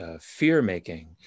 fear-making